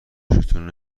خوشتون